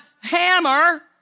hammer